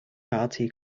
hearty